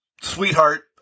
Sweetheart